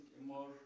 more